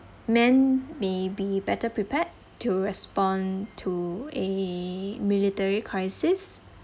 men may be better prepared to respond to a military crisis